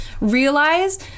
realize